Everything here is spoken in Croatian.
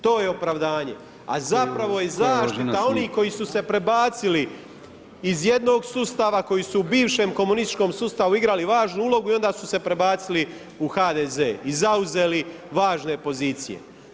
To je opravdanje a a zapravo je zaštita onih koji su se prebacili iz jednog sustava, koji su u bivšem komunističkom sustavu igrali važnu ulogu i onda su se prebacili u HDZ i zauzeli važne pozicije.